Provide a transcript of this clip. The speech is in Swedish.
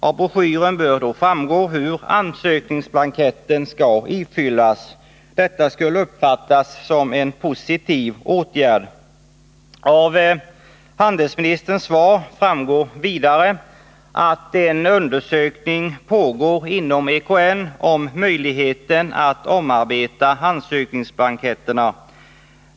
Av broschyren bör framgå hur ansökningsblanketterna skall ifyllas. Detta skulle uppfattas som en positiv åtgärd. Av handelsministerns svar framgår vidare att en undersökning pågår inom EKN om möjligheten att omarbeta ansökningsblanketterna.